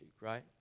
right